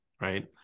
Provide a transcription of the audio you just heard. right